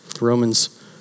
Romans